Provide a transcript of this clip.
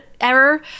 error